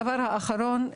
הדבר האחרון,